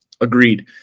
agreed